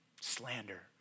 Slander